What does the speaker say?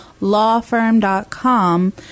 lawfirm.com